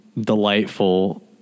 delightful